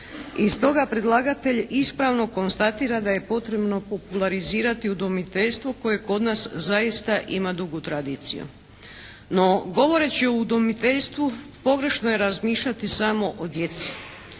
I stoga predlagatelj ispravno konstatira da je potrebno popularizirati udomiteljstvo koje kod nas zaista ima dugu tradiciju. No govoreći o udomiteljstvu pogrešno je razmišljati samo o djeci.